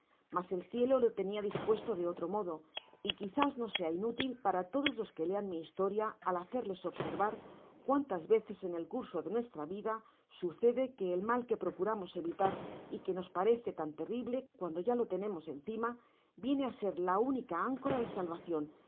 mas el cielo lo tenia dispuesto de otro modo y quizás no sea inútil para todos los que lean mi historia el hacerles observar cuántas veces en el curso de nuestra vida sucede que el mal que procuramos evitar y que nos parece tan terrible cuando ya lo tenemos encima viene áger la única áncora de salvacion